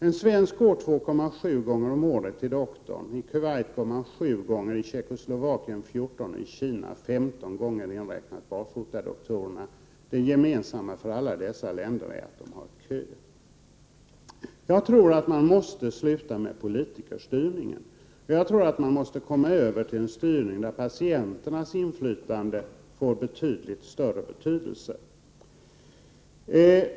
En svensk går 2,7 gånger om året till doktorn, i Kuweit går man 7 gånger, i Tjeckoslovakien 14 gånger och i Kina 15 gånger, inräknat barfotadoktorerna. Det gemensamma för alla dessa länder är att de har en kö. Jag tror att man måste sluta med politikerstyrningen och komma över till en styrning där patienternas inflytande får avsevärt större betydelse.